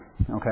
okay